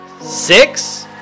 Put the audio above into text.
six